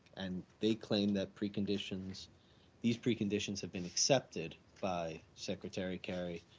and they claim that preconditions these preconditions have been accepted by secretary kerry.